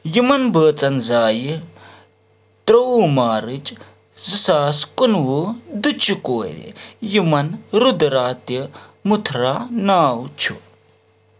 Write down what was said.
یِمَن بٲژَن زایہِ ترٛووُہ مارٕچ زٕ ساس کُنوُہ دُچہِ کورِ یِمَن روٗدرا تہِ متھرا ناو چھُ